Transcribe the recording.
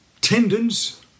tendons